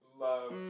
love